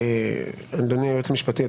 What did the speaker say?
אדוני היועץ המשפטי,